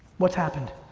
what's happened?